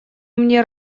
мне